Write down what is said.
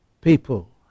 people